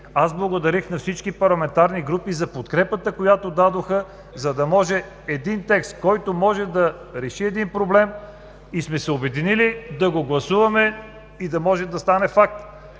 аз благодарих на всички парламентарни групи – за подкрепата, която дадоха, за да може един текст, който може да реши един проблем и сме се обединили да го гласуваме, да може да стане факт.